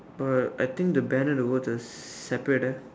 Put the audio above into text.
uh I think the banner and the words are separate ah